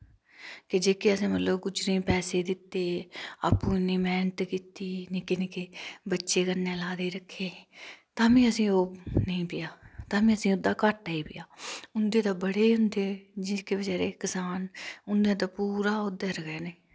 जेह्के असैं मतलब गुज्जरें ई पैसे दित्ते आपूं इन्नी मेह्नत कीती निक्के निक्के बच्चे कन्नै लादे रक्खे तां बी असें ओह् नेईं पेआ तां बी असें ओह्दा घाट्टा ई पेआ न्दे ता बड़े हुंदे जेह्के बचैरे कसान उनै ता पूरा ओह्दै'र गै